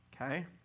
okay